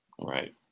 Right